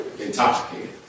intoxicated